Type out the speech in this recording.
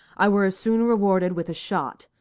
i were as soon rewarded with a shot,